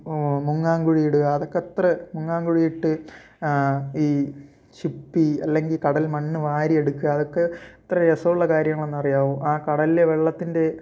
മുങ്ങാങ്കുഴിയിടുക അതൊക്കെ എത്ര മുങ്ങാങ്കുഴിയിട്ട് ഈ ഷുപ്പി അല്ലെങ്കിൽ കടൽമണ്ണ് വാരിയെടുക്കുക അതൊക്കെ എത്ര രസമുള്ള കാര്യാണെന്നറിയാവോ ആ കടൽല്ലെ വെള്ളത്തിന്റെ